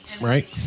right